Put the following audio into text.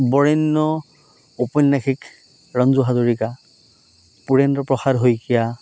বৰণ্য উপন্যাসিক ৰঞ্জু হাজৰিকা পুৰেন্দ্ৰ প্ৰসাদ শইকীয়া